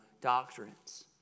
doctrines